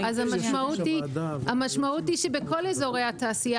אז המשמעות היא שבכל אזורי התעשייה,